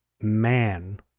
man